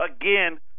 again